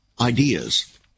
ideas